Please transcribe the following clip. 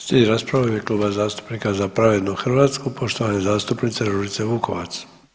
Slijedi rasprava u ime Kluba zastupnika Za pravednu Hrvatsku poštovane zastupnice Ružice Vukovac.